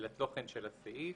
לתוכן של הסעיף.